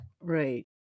Right